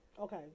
Okay